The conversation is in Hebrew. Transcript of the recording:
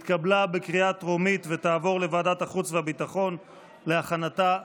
לוועדת החוץ והביטחון נתקבלה.